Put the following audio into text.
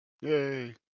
Yay